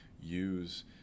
use